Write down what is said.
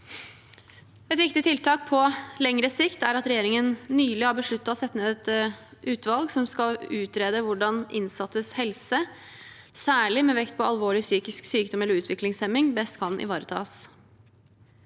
Et viktig tiltak på lengre sikt er at regjeringen nylig har besluttet å sette ned et utvalg som skal utrede hvordan innsattes helse, særlig med vekt på alvorlig psykisk sykdom eller utviklingshemming, best kan ivaretas.